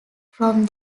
from